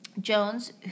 Jones